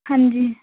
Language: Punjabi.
ਹਾਂਜੀ